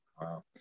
wow